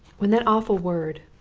when that awful word,